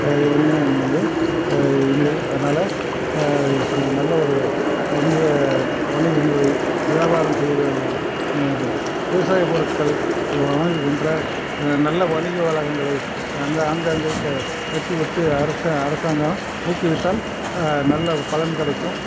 எதுவுமே இங்கே வந்து இல்லை அதனால் சு நல்ல ஒரு வணிக வணிகங்களை வியாபாரம் செய்கிற வா விவசாய பொருட்கள் வா வாங்குகின்ற நல்ல வணிக வளாகங்களை அங்கே ஆங்காங்கே க கட்டி விட்டு அரச அரசாங்கம் ஊக்குவித்தால் நல்ல பலன் கிடைக்கும்